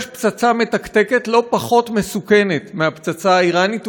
יש פצצה מתקתקת לא פחות מסוכנת מהפצצה האיראנית,